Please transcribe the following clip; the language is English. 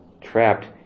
trapped